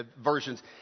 versions